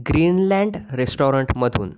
Greenland रेस्टॉरंटमधून